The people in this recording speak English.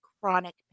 chronic